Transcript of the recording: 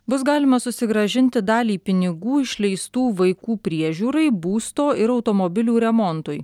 bus galima susigrąžinti dalį pinigų išleistų vaikų priežiūrai būsto ir automobilių remontui